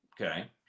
Okay